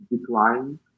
decline